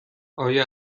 آیا